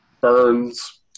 burns